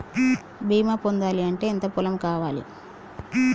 బీమా పొందాలి అంటే ఎంత పొలం కావాలి?